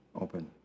open